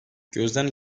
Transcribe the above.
gözden